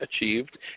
achieved